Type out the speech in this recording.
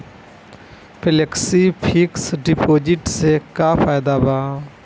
Flexi fix deposit से का फायदा भा?